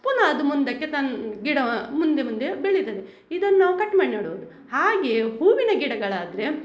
ಪುನಃ ಅದು ಮುಂದಕ್ಕೆ ತನ್ನ ಗಿಡ ಮುಂದೆ ಮುಂದೆ ಬೆಳಿತದೆ ಇದನ್ನಾವು ಕಟ್ ಮಾಡಿ ನೆಡುವುದು ಹಾಗೆ ಹೂವಿನ ಗಿಡಗಳಾದರೆ